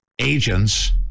agents